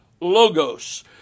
logos